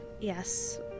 yes